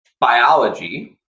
Biology